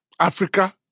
Africa